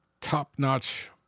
top-notch